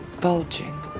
bulging